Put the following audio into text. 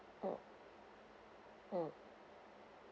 mmhmm mmhmm